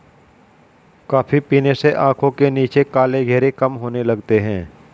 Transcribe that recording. coffee पीने से आंखों के नीचे काले घेरे कम होने लगते हैं